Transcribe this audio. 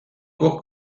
cours